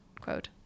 quote